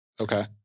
Okay